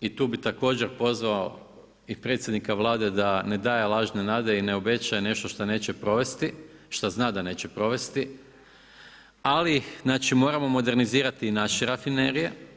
i tu bi također pozvao i predsjednika Vlade da ne daje lažne nade i ne obećaje nešto što neće provesti, što zna da neće provesti, ali moramo modernizirati naše rafinerije.